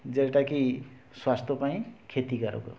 ଯେଉଁଟାକି ସ୍ଵାସ୍ଥ୍ୟ ପାଇଁ କ୍ଷତିକାରକ